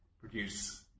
produce